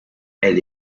elle